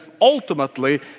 ultimately